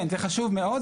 כן, זה חשוב מאוד.